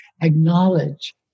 acknowledge